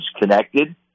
connected